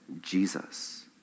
Jesus